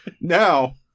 Now